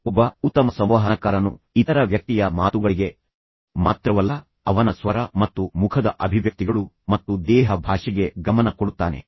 ಒಬ್ಬ ಉತ್ತಮ ಸಂವಹನಕಾರನು ಇತರ ವ್ಯಕ್ತಿಯ ಮಾತುಗಳಿಗೆ ಮಾತ್ರವಲ್ಲ ಅವನ ಸ್ವರ ಮತ್ತು ಮುಖದ ಅಭಿವ್ಯಕ್ತಿಗಳು ಮತ್ತು ದೇಹ ಭಾಷೆಗೆ ಗಮನ ಕೊಡುತ್ತಾನೆ